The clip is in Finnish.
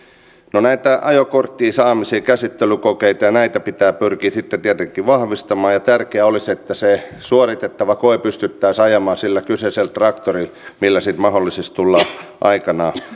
no näitä ajokortin saamisia käsittelykokeita ja näitä pitää pyrkiä sitten tietenkin vahvistamaan ja tärkeää olisi että se suoritettava koe pystyttäisiin ajamaan sillä kyseisellä traktorilla millä sitten mahdollisesti tullaan aikanaan